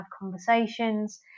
conversations